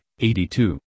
82